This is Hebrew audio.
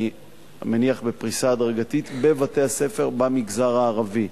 אני מניח בפריסה הדרגתית, בבתי-ספר במגזר הערבי.